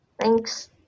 Thanks